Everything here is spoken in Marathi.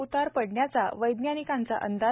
उतार पडण्याच्या वैज्ञानिकांचा अंदाज